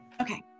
Okay